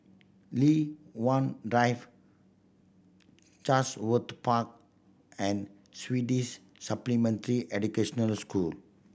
Li Hwan Drive Chatsworth Park and Swedish Supplementary Educational School